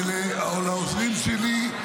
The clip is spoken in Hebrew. לעוזרים שלי.